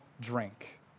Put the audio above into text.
drink